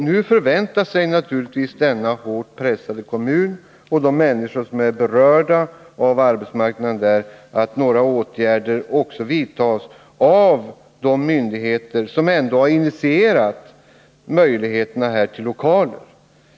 Nu förväntar sig naturligtvis denna hårt pressade kommun och de människor som är berörda av arbetsmarknaden där att några åtgärder vidtas av de myndigheter som ändå har initierat möjligheterna till lokalerna.